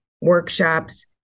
workshops